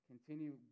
Continue